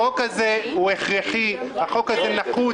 החוק הזה הכרחי, החוק הזה נחוץ.